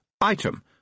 Item